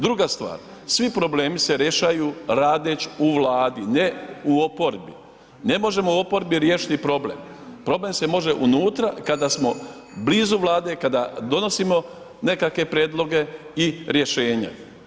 Druga stvar svi problemi se rješaju radeć u vladi, ne u oporbi, ne možemo u oporbi riješiti problem, problem se može unutra kada smo blizu vlade, kada donosimo nekakve prijedloge i rješenja.